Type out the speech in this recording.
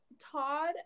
Todd